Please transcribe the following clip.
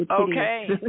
Okay